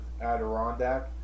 Adirondack